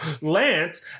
Lance